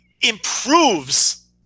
improves